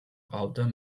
ჰყავდა